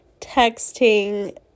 texting